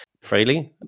Freely